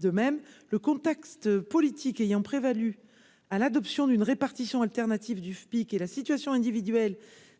de même le contexte politique ayant prévalu à l'adoption d'une répartition alternative du FPIC et la situation individuelle